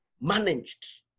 managed